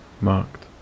marked